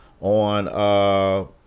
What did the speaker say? on